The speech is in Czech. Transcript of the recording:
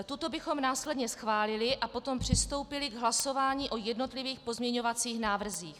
Tuto bychom následně schválili a potom přistoupili k hlasování o jednotlivých pozměňovacích návrzích.